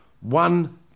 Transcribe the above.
one